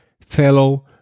fellow